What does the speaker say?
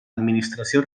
administració